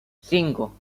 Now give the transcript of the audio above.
cinco